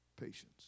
patience